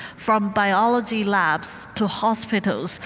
from biology labs to hospitals,